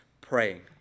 praying